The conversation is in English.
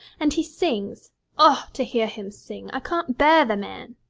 and he sings oh, to hear him sing! i can't bear the man